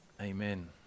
amen